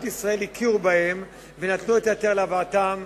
ישראל הכירו בהם ונתנו בשבילם את ההיתר להבאתם,